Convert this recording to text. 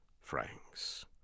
francs